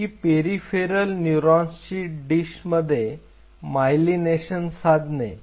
की पेरिफेरल न्यूरॉन्सची डिश मध्ये मायलिनेशन साधने